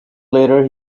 later